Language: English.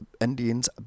Indians